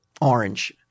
orange